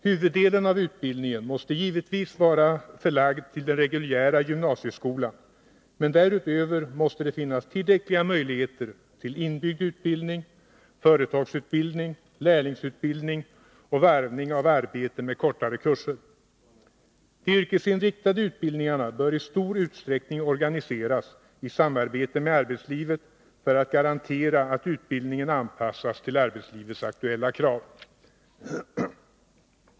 Huvuddelen av utbildningen måste givetvis vara förlagd till den reguljära gymnasieskolan, men därutöver måste det finnas tillräckliga möjligheter till inbyggd utbildning, företagsutbildning, lärlingsutbildning och varvning av arbete och kortare kurser. De yrkesinriktade utbildningarna bör i stor utsträckning organiseras i samarbete med arbetslivet för att garantera att utbildningen anpassas till arbetslivets aktuella krav.